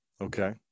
Okay